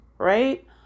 Right